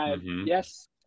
Yes